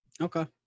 Okay